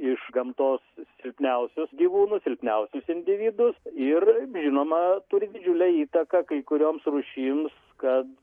iš gamtos silpniausius gyvūnus silpniausius individus ir žinoma turi didžiulę įtaką kai kurioms rūšims kad